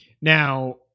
Now